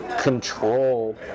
control